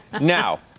Now